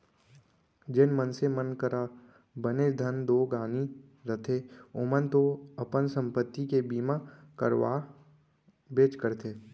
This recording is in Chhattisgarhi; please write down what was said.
जेन मनसे मन करा बनेच धन दो गानी रथे ओमन तो अपन संपत्ति के बीमा करवाबेच करथे